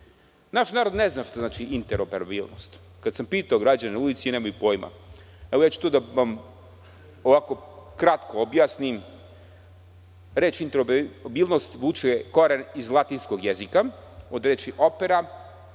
Naš narod ne zna šta znači interoperabilnost. Kada sam pitao građane na ulici – nemaju pojma. Evo ja ću to da vam ovako kratko objasnim. Reč – interoperabilnost vuče koren iz latinskog jezika, od reči opera,